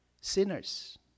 sinners